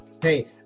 Hey